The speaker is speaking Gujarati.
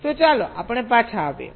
તો ચાલો આપણે પાછા આવીએ